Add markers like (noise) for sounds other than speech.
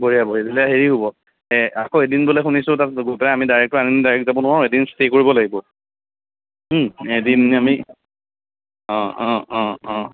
বঢ়িয়া বঢ়িয়া তেতিয়া হেৰি হ'ব অ' আকৌ এদিন বোলে শুনিছো তাত (unintelligible) ডাইৰেক্ট আনিনী যাব নোৱাৰো এদিন ষ্টে' কৰিব লাগিব এদিন আমি অ' অ' অ' অ'